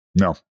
No